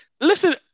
Listen